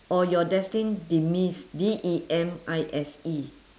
or your destined demise D E M I S E